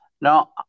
no